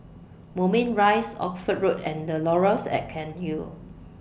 Moulmein Rise Oxford Road and The Laurels At Cairnhill